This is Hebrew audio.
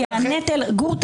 גור,